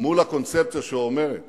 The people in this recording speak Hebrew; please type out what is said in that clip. מול הקונספציה שאומרת